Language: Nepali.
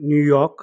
न्युयोर्क